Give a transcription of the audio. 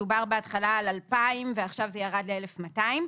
דובר בהתחלה על 2,000 שקלים ועכשיו הסכום ירד ל-1,200 שקלים.